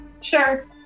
Sure